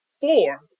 four